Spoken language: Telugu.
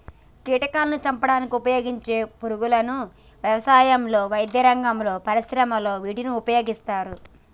కీటకాలాను చంపడానికి ఉపయోగించే పురుగుల వ్యవసాయంలో, వైద్యరంగంలో, పరిశ్రమలలో వీటిని ఉపయోగిస్తారు